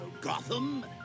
Gotham